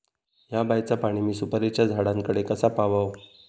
हया बायचा पाणी मी सुपारीच्या झाडान कडे कसा पावाव?